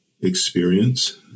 experience